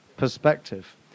Perspective